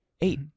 Eight